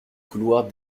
couloirs